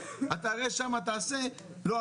אתה הרי שם תעשה: לא,